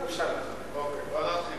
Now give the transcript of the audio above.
ההצעה להעביר את הנושא לוועדת החינוך,